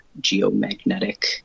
geomagnetic